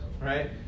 right